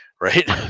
Right